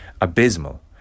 abysmal